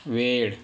वेळ